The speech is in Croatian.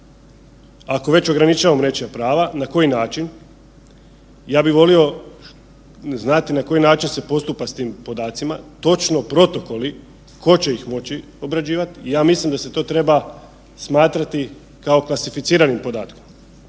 ako već ograničavamo nečija prava na koji način. Ja bih volio na koji način se postupa s tim podacima točno protokoli tko će ih moći obrađivat i ja mislim da se to treba smatrati kao klasificirani podatak,